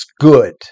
good